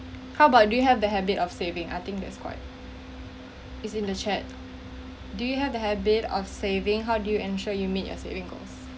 how about do you have the habit of saving I think that's quite is in the chat do you have the habit of saving how do you ensure you meet your saving goals